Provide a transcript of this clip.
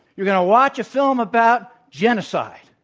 you're going to watch a film about genocide.